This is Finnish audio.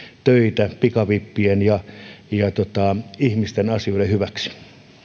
töitä pikavippien kanssa ja ihmisten asioiden hyväksi